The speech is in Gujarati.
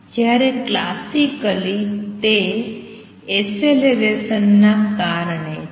જ્યાંરે ક્લાસિકલી તે એસેલેરેસનના કારણે છે